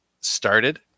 started